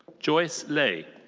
joyce lei.